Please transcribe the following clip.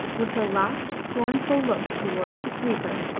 with a last scornful look towards the sleeper,